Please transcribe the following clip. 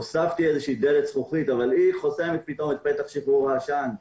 הוספתי איזושהי דלת זכוכית אבל היא חוסמת את פתח שחרור העשן,